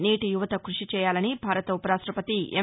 నేటి యువత కృషి చేయాలని భారత ఉప రాష్టపతి ఎం